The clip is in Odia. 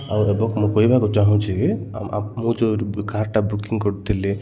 ଆଉ ଏବେ ମୁଁ କହିବାକୁ ଚାହୁଁଛିକି ମୁଁ ଯେଉଁ କାର୍ଟା ବୁକିଂ କରିଥିଲି